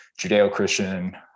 Judeo-Christian